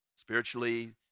spiritually